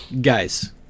Guys